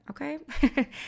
okay